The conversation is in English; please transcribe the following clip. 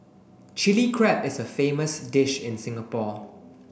Chilli Crab is a famous dish in Singapore